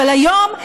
אבל היום,